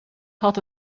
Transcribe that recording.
had